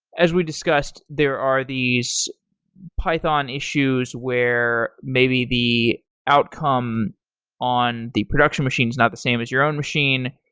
as we discussed, there are these python issues where maybe the outcome on the production machine is not the same as your own machine.